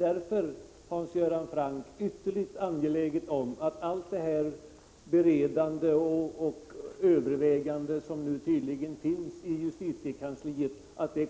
Därför är det ytterligt angeläget, Hans Göran Franck, att allt detta beredande och alla dessa överväganden som tydligen görs i justitiedepartementets